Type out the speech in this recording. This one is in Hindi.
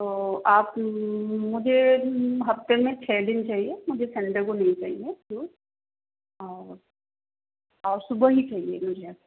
तो आप मुझे हफ़्ते में छः दिन चाहिए मुझे संडे को नहीं चाहिए दूध और और सुबह ही चाहिए मुझे